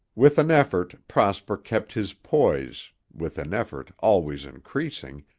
with an effort prosper kept his poise, with an effort, always increasing,